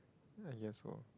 uh yes lor